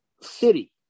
city